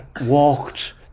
walked